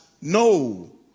no